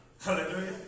Hallelujah